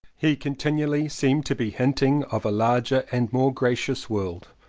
he continually seemed to be hinting of a larger and more gracious world.